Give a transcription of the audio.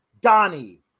Donnie